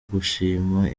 gushima